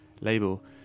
label